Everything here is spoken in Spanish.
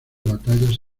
batallas